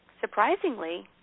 surprisingly